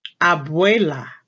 Abuela